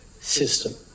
system